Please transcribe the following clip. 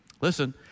listen